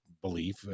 belief